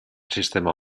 sistema